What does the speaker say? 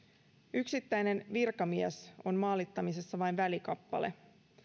yksittäinen virkamies on maalittamisessa vain välikappale